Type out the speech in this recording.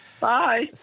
Bye